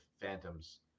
Phantoms